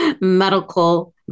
medical